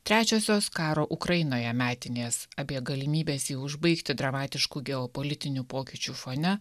trečiosios karo ukrainoje metinės apie galimybes jį užbaigti dramatiškų geopolitinių pokyčių fone